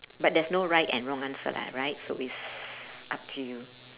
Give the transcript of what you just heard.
but there's no right and wrong answer lah right so it's up to you